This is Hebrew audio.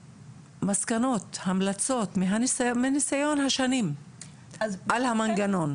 מסקנות, המלצות מניסיון השנים על המנגנון.